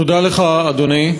תודה לך, אדוני,